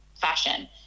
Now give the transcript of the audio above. fashion